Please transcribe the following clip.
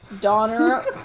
donner